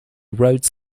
wrote